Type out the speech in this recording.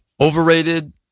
overrated